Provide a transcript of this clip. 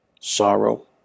sorrow